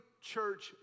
church